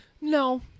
no